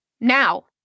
Now